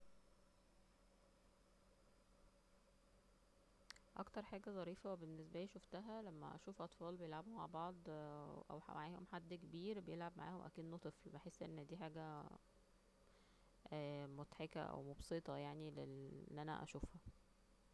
اكتر حاجة ظريفة بالنسبالي شوفتها لما اشوف اطفال بيلعبو مع بعض أو معاهم حد كبير بيلعب معاهم اكنه طفل بحس أن دي حاجة مضحكة أو مبسطة يعني أن أنا اشوفها